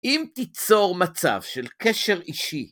אם תיצור מצב של קשר אישי.